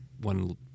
one